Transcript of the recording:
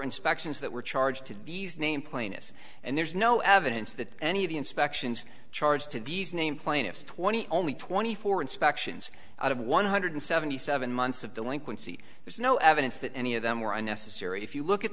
inspections that were charged to these name plaintiffs and there's no evidence that any of the inspections charged to these name plaintiffs twenty only twenty four inspections out of one hundred seventy seven months of delinquency there's no evidence that any of them were unnecessary if you look at